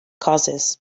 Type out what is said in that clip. causes